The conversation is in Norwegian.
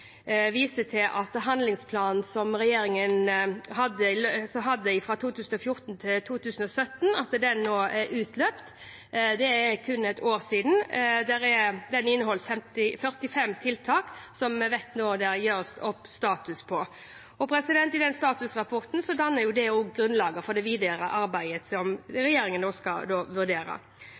viser til at handlingsplanen som regjeringen hadde fra 2014 til 2017, nå er utløpt. Det er kun et år siden. Den inneholdt 45 tiltak vi vet det nå gjøres opp status på. Den statusrapporten danner grunnlaget for det videre arbeidet som regjeringen skal vurdere.